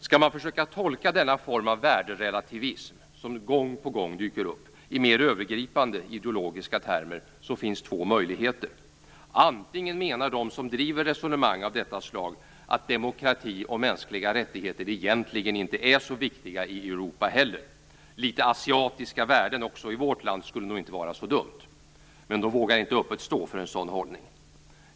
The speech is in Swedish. Skall man försöka tolka den form av värderelativism som gång på gång dyker upp i mer övergripande ideologiska termer finns det två möjligheter. Antingen menar de som driver resonemang av detta slag att demokrati och mänskliga rättigheter egentligen inte är så viktiga i Europa heller. Det skulle nog inte vara så dumt med litet asiatiska värden också i vårt land. Men de vågar inte öppet stå för en sådan hållning.